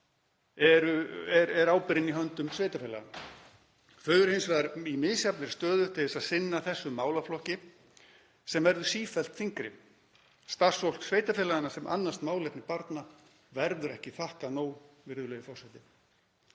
áður er ábyrgðin í höndum sveitarfélaga. Þau eru hins vegar í misjafnri stöðu til að sinna þessum málaflokki sem verður sífellt þyngri. Starfsfólki sveitarfélaganna sem annast málefni barna verður ekki þakkað nóg, virðulegi forseti.